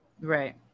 Right